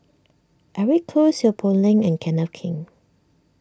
Eric Khoo Seow Poh Leng and Kenneth Keng